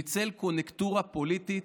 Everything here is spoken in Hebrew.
הוא ניצל קוניונקטורה פוליטית,